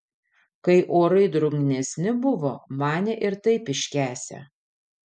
kai orai drungnesni buvo manė ir taip iškęsią